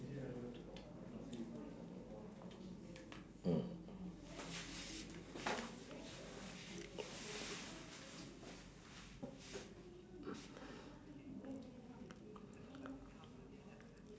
mm